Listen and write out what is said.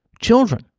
children